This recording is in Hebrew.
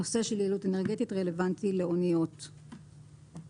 הנושא של יעילות אנרגטית רלוונטי לאניות בלבד.